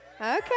okay